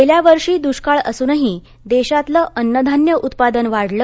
गेल्यावर्षी दृष्काळ असुनही देशातलं अन्नधान्य उत्पादन वाढलं